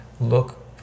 look